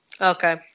Okay